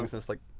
it's like,